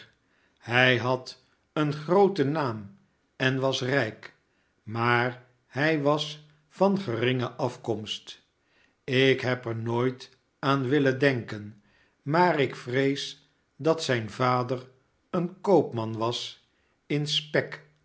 hij had een grooten naam en was rijk maar hij was van geringe afkomst ik heb er nooit aan willen denken maar ik vrees dat zijn vader een koopman was inspek